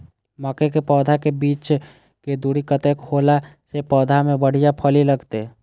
मके के पौधा के बीच के दूरी कतेक होला से पौधा में बढ़िया फली लगते?